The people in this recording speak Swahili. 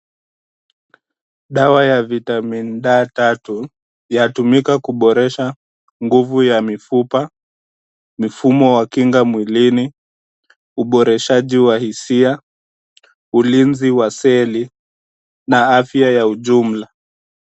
Dawa ya (cs)vitaminD3(cs),yatumika kuboresha nguvu ya mifupa, mfumo wa kinga mwilini, uboreshaji wa hisia, ulinzi wa seli na afya ya ujumla.